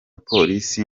polisi